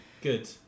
good